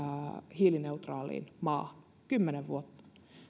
hiilineutraaliin maahan kymmenen vuotta